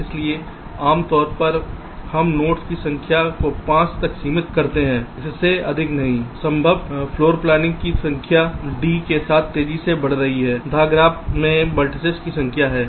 इसलिए आम तौर पर हम नोड्स की संख्या को 5 तक सीमित करते हैं इससे अधिक नहीं संभव मंजिल योजनाओं की संख्या d के साथ तेजी से बढ़ जाती है घ ग्राफ में वेर्तिसेस की संख्या है